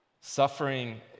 Suffering